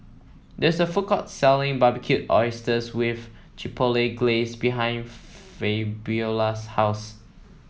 there is a food court selling Barbecued Oysters with Chipotle Glaze behind Fabiola's house